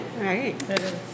right